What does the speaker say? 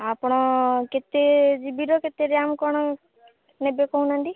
ଆପଣ କେତେ ଜିବିର କେତେ ରାମ୍ କ'ଣ ନେବେ କହୁନାହାଁନ୍ତି